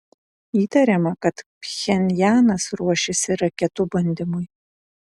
įtariama kad pchenjanas ruošiasi raketų bandymui